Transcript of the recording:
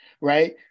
Right